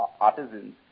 artisans